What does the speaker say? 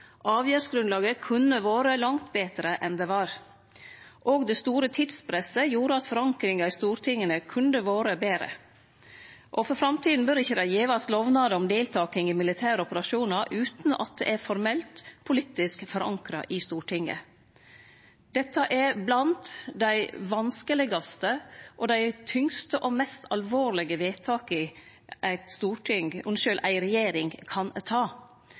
Avgjerdsgrunnlaget kunne vore langt betre enn det var. Òg det store tidspresset gjorde at forankringa i Stortinget kunne vore betre. For framtida bør det ikkje givast lovnader om deltaking i militære operasjonar utan at det er formelt politisk forankra i Stortinget. Dette er blant dei vanskelegaste, tyngste og mest alvorlege vedtaka ei regjering kan ta,